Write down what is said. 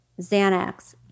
Xanax